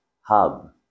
hub